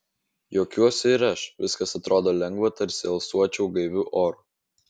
juokiuosi ir aš viskas atrodo lengva tarsi alsuočiau gaiviu oru